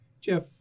Jeff